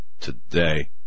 Today